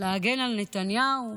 להגן על נתניהו,